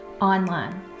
online